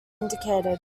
indicated